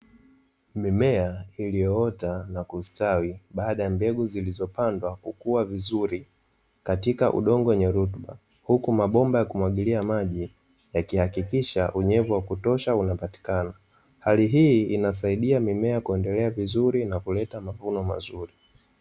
Mimea iliyoota na kustawi baada ya mbegu zilizopandwa kukua vizuri katika udongo wenye rutuba, huku mabomba ya kumwagilia maji yakihakikisha unyevu wa kutosha unapatikana. Hali hii inasaidia mimea kuendelea vizuri na kuleta mavuno mazuri.